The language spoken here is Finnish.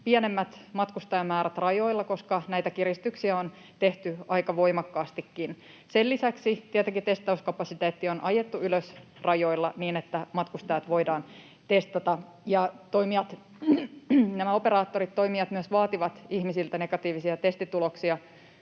pienemmät matkustajamäärät rajoilla, koska näitä kiristyksiä on tehty aika voimakkaastikin. Sen lisäksi tietenkin testauskapasiteetti on ajettu ylös rajoilla, niin että matkustajat voidaan testata. Ja nämä operaattorit, toimijat myös vaativat ihmisiltä negatiivisia testituloksia,